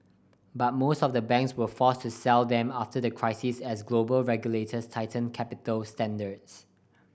but most of the banks were forced to sell them after the crisis as global regulators tightened capital standards